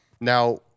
Now